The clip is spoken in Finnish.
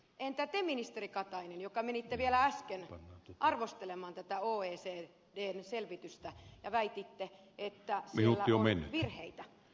entä te ministeri katainen joka menitte vielä äsken arvostelemaan tätä oecdn selvitystä ja väititte että siellä on virheitä